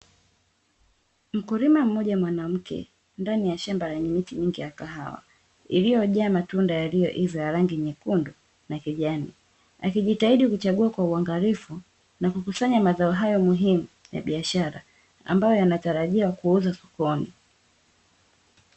Mkulima mmoja mwanamke ndani ya shamba lenye miti mingi ya kahawa iliyojaa matunda yaliyoiva ya rangi nyekundu na kijani, akijitahidi kuchagua kwa uangalifu na kukusanya mazao hayo muhimu ya biashara ambayo yanatarajiwa kuuzwa sokoni.